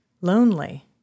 lonely